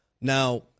now